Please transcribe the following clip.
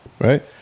Right